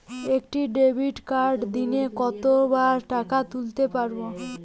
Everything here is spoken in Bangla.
একটি ডেবিটকার্ড দিনে কতবার টাকা তুলতে পারব?